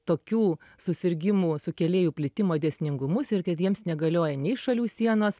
tokių susirgimų sukėlėjų plitimo dėsningumus ir kad jiems negalioja nei šalių sienos